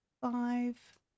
five